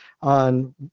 on